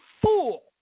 fool